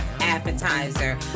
appetizer